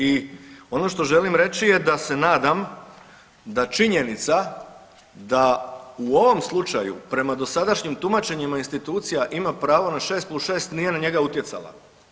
I ono što želim reći je da se nadam da činjenica da u ovom slučaju prema dosadašnjim tumačenjima institucija ima pravo na 6 + 6 nije na njega utjecala.